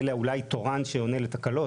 אולי תורן שעונה לתקלות.